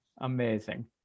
Amazing